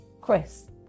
Chris